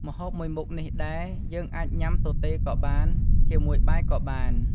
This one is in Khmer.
ម្ហូបមួយមុខនេះដែរ យើងអាចញុាំទទេក៏បាន ជាមួយបាយក៏បាន។